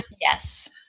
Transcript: Yes